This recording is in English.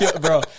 Bro